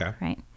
right